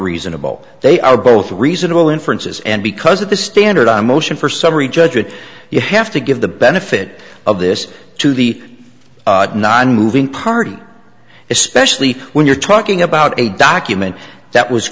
reasonable they are both reasonable inferences and because of the standard a motion for summary judgment you have to give the benefit of this to the nonmoving party especially when you're talking about a document that was